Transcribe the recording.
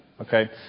okay